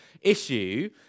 issue